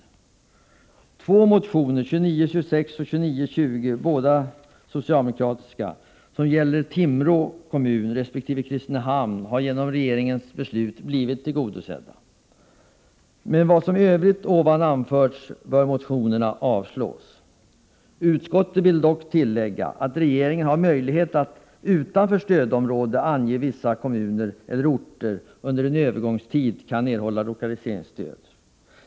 Kraven i två socialdemokratiska motioner — 2926 och 2920 — som gäller Timrå kommun resp. Kristinehamn har genom regeringens beslut blivit tillgodosedda. Med hänvisning till vad som i övrigt anförts anser utskottet att motionerna bör avslås. Utskottet vill dock tillägga att regeringen har möjligheter att — utanför stödområdet — ange att vissa kommuner eller orter under en övergångstid kan erhålla lokaliseringsstöd.